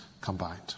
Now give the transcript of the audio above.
combined